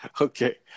Okay